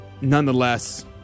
nonetheless